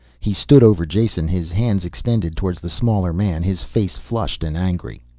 he stood, over jason, his hands extended towards the smaller man, his face flushed and angry.